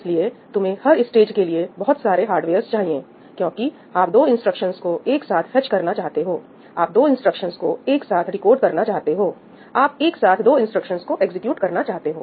इसलिए तुम्हें हर स्टेज के लिए बहुत सारे हार्डवेयर्स चाहिए क्योंकि आप दो इंस्ट्रक्शंस को एक साथ फेच करना चाहते हो आप दो इंस्ट्रक्शंस को एक साथ डीकोड करना चाहते हो आप एक साथ दो इंस्ट्रक्शंस को एग्जीक्यूट करना चाहते हो